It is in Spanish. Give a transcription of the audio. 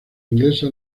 inglesa